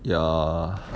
ya